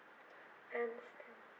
understand